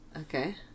Okay